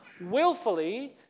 willfully